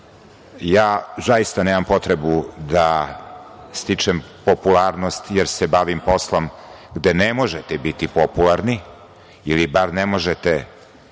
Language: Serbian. ja zaista nemam potrebu da stičem popularnost, jer se bavim poslom gde ne možete biti popularni ili bar ne možete